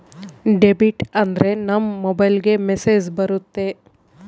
debit ಆದ್ರೆ ನಮ್ ಮೊಬೈಲ್ಗೆ ಮೆಸ್ಸೇಜ್ ಬರುತ್ತೆ